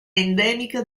endemica